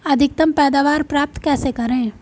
अधिकतम पैदावार प्राप्त कैसे करें?